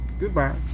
Goodbye